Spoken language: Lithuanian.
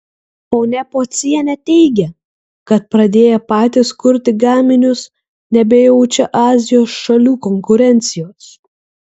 ponia pocienė teigia kad pradėję patys kurti gaminius nebejaučia azijos šalių konkurencijos